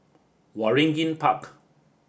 Waringin Park